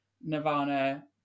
Nirvana